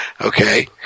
okay